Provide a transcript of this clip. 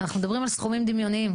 אנחנו מדברים על סכומים דמיוניים.